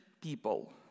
people